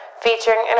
featuring